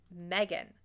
megan